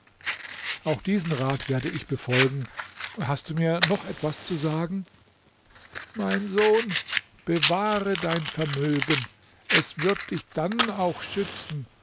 auch diesen rat werde ich befolgen hast du mir noch etwas zu sagen mein sohn bewahre dein vermögen es wird dich dann auch schützen